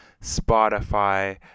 Spotify